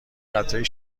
قطرهای